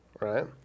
right